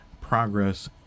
Progress